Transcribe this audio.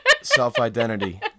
Self-identity